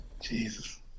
Jesus